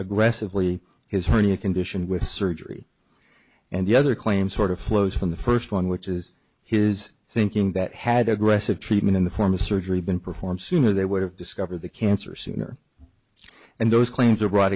aggressively his hernia condition with surgery and the other claim sort of flows from the first one which is his thinking that had aggressive treatment in the form of surgery been performed sooner they would have discovered the cancer sooner and those claims